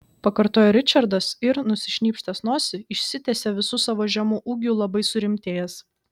pakartojo ričardas ir nusišnypštęs nosį išsitiesė visu savo žemu ūgiu labai surimtėjęs